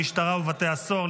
המשטרה ובתי הסוהר,